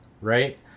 right